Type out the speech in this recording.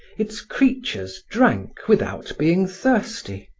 its creatures drank without being thirsty,